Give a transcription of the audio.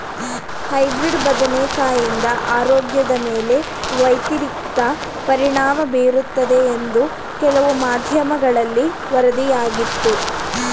hybrid ಬದನೆಕಾಯಿಂದ ಆರೋಗ್ಯದ ಮೇಲೆ ವ್ಯತಿರಿಕ್ತ ಪರಿಣಾಮ ಬೀರುತ್ತದೆ ಎಂದು ಕೆಲವು ಮಾಧ್ಯಮಗಳಲ್ಲಿ ವರದಿಯಾಗಿತ್ತು